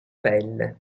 pelle